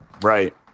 Right